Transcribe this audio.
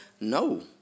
No